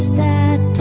that